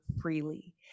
freely